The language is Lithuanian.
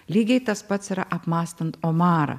lygiai tas pats yra apmąstant omarą